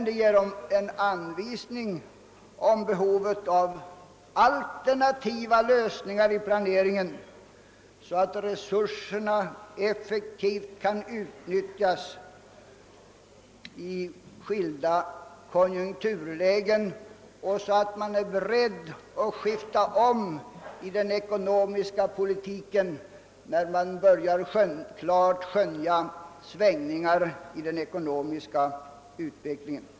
Det ger oss en anvisning om behovet av alternativa lösningar i planeringen så att resurserna effektivt kan utnyttjas i skilda konjunkturlägen och så att man är beredd att skifta om i den ekonomiska politiken, när man börjar tydligt skönja svängningar i den ekonomiska utvecklingen.